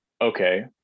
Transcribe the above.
Okay